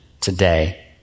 today